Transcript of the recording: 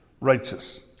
righteous